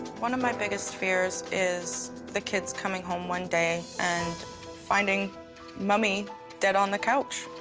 one of my biggest fears is the kids coming home one day and finding mommy dead on the couch.